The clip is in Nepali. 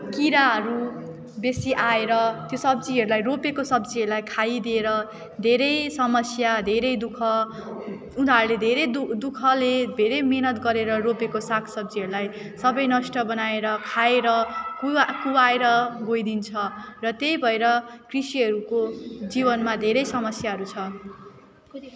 किराहरू बेसी आएर त्यो सब्जीहरूलाई रोपेको सब्जीहरूलाई खाइदिएर धेरै समस्या धेरै दु ख उनीहरूले धेरै दु ख दु खले धेरै मिहिनेत गरेर रोपेको सागसब्जीहरूलाई सबै नष्ट बनाएर खाएर कुवा कुवाएर गइदिन्छ र त्यही भएर कृषिहरूको जीवनमा धेरै समस्याहरू छ